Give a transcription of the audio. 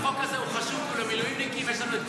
החוק הזה חשוב למילואימניקים, יש לנו את כל הזמן.